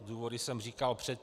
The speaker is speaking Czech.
Důvody jsem říkal předtím.